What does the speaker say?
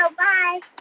so bye